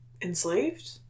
enslaved